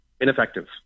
ineffective